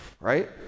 Right